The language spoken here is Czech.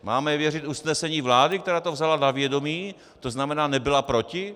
Máme věřit usnesení vlády, která to vzala na vědomí, to znamená nebyla proti?